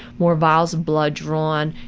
more vials of blood drawn,